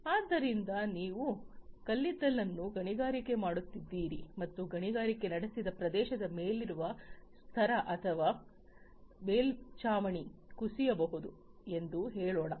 ಆದ್ದರಿಂದ ನೀವು ಕಲ್ಲಿದ್ದಲನ್ನು ಗಣಿಗಾರಿಕೆ ಮಾಡುತ್ತಿದ್ದೀರಿ ಮತ್ತು ಗಣಿಗಾರಿಕೆ ನಡೆಸಿದ ಪ್ರದೇಶದ ಮೇಲಿರುವ ಸ್ತರ ಅಥವಾ ಮೇಲ್ಚಾವಣಿ ಕುಸಿಯಬಹುದು ಎಂದು ಹೇಳೋಣ